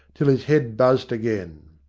till his head buzzed again.